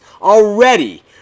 Already